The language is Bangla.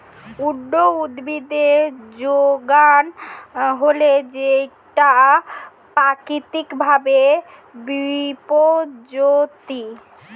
উইড উদ্ভিদের যোগান হলে সেটা প্রাকৃতিক ভাবে বিপর্যোজী